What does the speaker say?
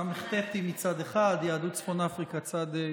ס"ט מצד אחד, יהדות צפון אפריקה מצד שני.